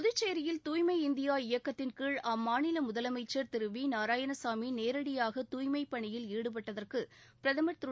புதுச்சேரியில் தாய்மை இந்தியா இயக்கத்தின் கீழ் அம்மாநில முதலமைச்சர் திரு வி நாராயணசாமி நேரடியாக தூய்மைப் பணியில் ஈடுபட்டதற்கு பிரதமர் திரு